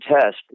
test